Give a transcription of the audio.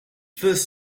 first